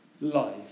life